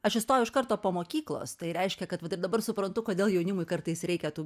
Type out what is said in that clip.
aš įstojau iš karto po mokyklos tai reiškia kad va taip dabar suprantu kodėl jaunimui kartais reikia tų